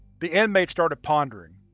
the inmate started pondering.